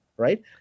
right